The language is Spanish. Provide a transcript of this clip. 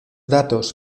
datos